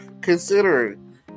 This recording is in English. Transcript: considering